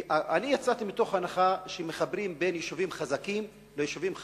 אני יצאתי מתוך הנחה שמחברים יישובים חזקים ליישובים חלשים,